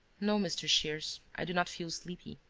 no, mr. shears, i do not feel sleepy.